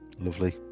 Lovely